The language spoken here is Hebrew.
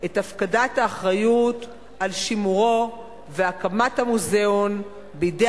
את הפקדת האחריות על שימורו והקמת המוזיאון בידי